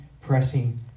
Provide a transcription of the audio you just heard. pressing